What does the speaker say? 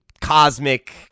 cosmic